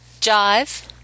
jive